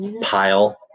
pile